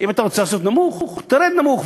אם אתה רוצה לעשות נמוך, תרד נמוך.